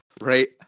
Right